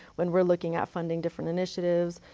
when we are looking at funding different initiatives,